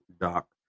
Doc